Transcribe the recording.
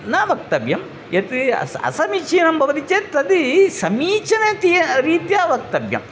न वक्तव्यं यत् अ असमीचीनं भवति चेत् तद् समीचीनतया अ रीत्या वक्तव्यम्